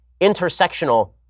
intersectional